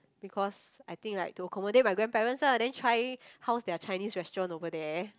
because I think like to accommodate my grandparents lah then try how's their Chinese restaurant over there